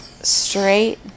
straight